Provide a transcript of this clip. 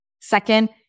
Second